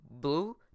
blue